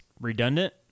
redundant